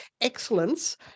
Excellence